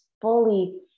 fully